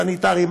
סניטרים,